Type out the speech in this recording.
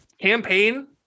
Campaign